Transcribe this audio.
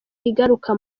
igaruka